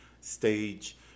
stage